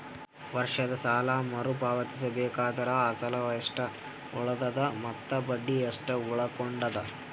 ವರ್ಷದ ಸಾಲಾ ಮರು ಪಾವತಿಸಬೇಕಾದರ ಅಸಲ ಎಷ್ಟ ಉಳದದ ಮತ್ತ ಬಡ್ಡಿ ಎಷ್ಟ ಉಳಕೊಂಡದ?